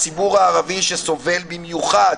הציבור הערבי שסובל במיוחד